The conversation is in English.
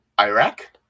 Iraq